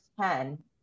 ten